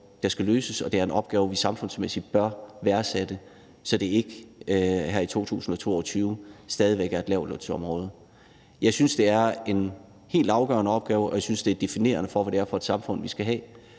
der skal løses, og en opgave, vi samfundsmæssigt bør værdsætte, så det ikke her i 2022 stadig væk er et lavtlønsområde. Jeg synes, det er en helt afgørende opgave, og jeg synes, det er definerende for, hvad det er for et samfund, vi skal have.